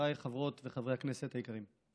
חבריי חברות וחברי הכנסת היקרים,